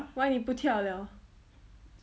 why 你不跳 liao